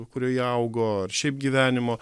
kurioje augo ar šiaip gyvenimo